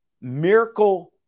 miracle